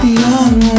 young